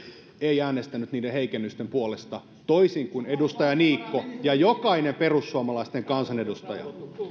ei äänestänyt niiden heikennysten puolesta toisin kuin edustaja niikko ja jokainen perussuomalaisten kansanedustaja